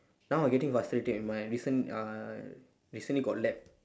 now I getting frustrated eh my recent uh recently got lab